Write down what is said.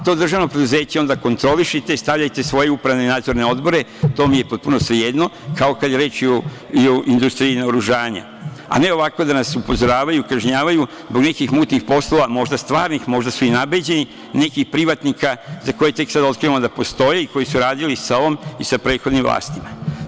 To državno preduzeće onda kontrolišite i stavljajte svoje upravne i nadzorne odbore, to mi je potpuno svejedno, kao kad je reč i o industriji naoružanja, a ne ovako da nas upozoravaju, kažnjavaju zbog nekih mutnih poslova, možda stvarnih, možda su i nabeđeni, nekih privatnika za koje tek sad otkrivamo da postoje i koji su radili sa ovom i sa prethodnim vlastima.